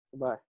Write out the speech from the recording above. Bye